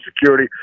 security